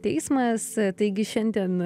teismas taigi šiandien